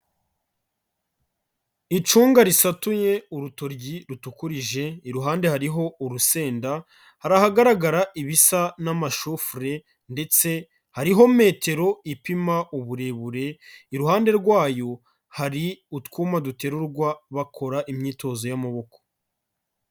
Icunga risatuye, urutoryi rutukurije, iruhande hariho urusenda, hari ahagaragara ibisa n'amashufure ndetse hariho metero ipima uburebure, iruhande rwayo hari utwuma duterurwa bakora imyitozo y'amaboko.